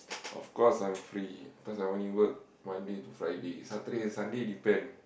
of course I'm free because I only work Monday to Friday Saturday Sunday depend